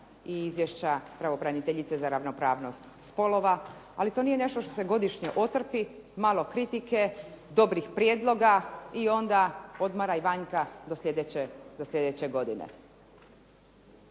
i izvješća pravobraniteljice za ravnopravnost spolova. Ali to nije nešto što se godišnje otrpi, malo kritike, dobrih prijedloga i onda odmaraj ... /Govornik se ne